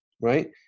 right